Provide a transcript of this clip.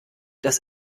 das